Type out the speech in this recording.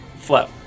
flow